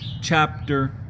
chapter